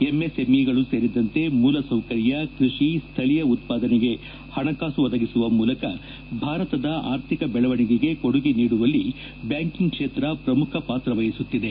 ಎಂಎಸ್ಎಂಇಗಳು ಸೇರಿದಂತೆ ಮೂಲಸೌಕರ್ಯ ಕೃಷಿ ಸ್ಥಳೀಯ ಉತ್ಪಾದನೆಗೆ ಹಣಕಾಸು ಒದಗಿಸುವ ಮೂಲಕ ಭಾರತದ ಆರ್ಥಿಕ ಬೆಳವಣಿಗೆಗೆ ಕೊಡುಗೆ ನೀಡುವಲ್ಲಿ ಬ್ಯಾಂಕಿಂಗ್ ಕ್ಷೇತ್ರ ಪ್ರಮುಖ ಪಾತ್ರ ವಹಿಸುತ್ತಿದೆ